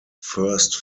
first